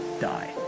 die